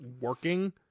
working